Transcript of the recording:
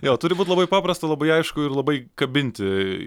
jo turi būt labai paprasta labai aišku ir labai kabinti